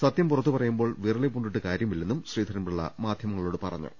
സത്യം പുറത്തു പറയുമ്പോൾ വിറളി പൂണ്ടിട്ട് കാര്യമില്ലെന്നും ശ്രീധരൻപിള്ള മാ ധ്യമങ്ങളോട് പറഞ്ഞു